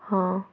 হ